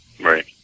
Right